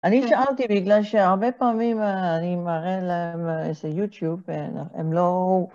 אני שאלתי בגלל שהרבה פעמים אני מראה להם איזה יוטיוב והם לא...